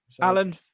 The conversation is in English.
Alan